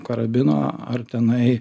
karabino ar tenai